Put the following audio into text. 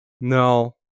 No